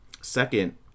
Second